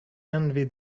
envy